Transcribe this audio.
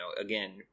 again